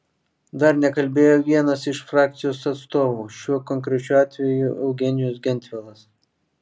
dar nekalbėjo vienas iš frakcijų atstovų šiuo konkrečiu atveju eugenijus gentvilas